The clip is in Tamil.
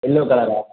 எல்லோ கலரா